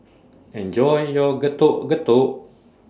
Enjoy your Getuk Getuk